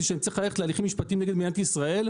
שאני צריך ללכת להליכים משפטיים נגד מדינת ישראל.